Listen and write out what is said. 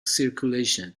circulation